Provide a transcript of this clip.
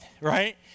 right